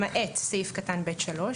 למעט סעיף קטן (ב)(3),